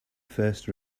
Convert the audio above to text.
first